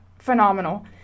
phenomenal